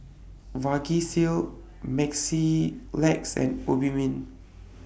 Vagisil Mepilex and Obimin